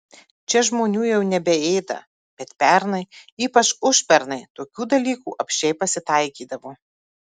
čia žmonių jau nebeėda bet pernai ypač užpernai tokių dalykų apsčiai pasitaikydavo